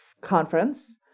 conference